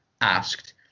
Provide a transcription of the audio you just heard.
asked